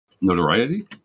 Notoriety